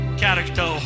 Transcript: character